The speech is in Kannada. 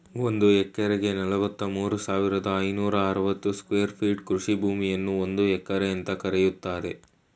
ಒಂದ್ ಎಕರೆಗೆ ನಲವತ್ಮೂರು ಸಾವಿರದ ಐನೂರ ಅರವತ್ತು ಸ್ಕ್ವೇರ್ ಫೀಟ್ ಕೃಷಿ ಭೂಮಿಯನ್ನು ಒಂದು ಎಕರೆ ಅಂತ ಕರೀತಾರೆ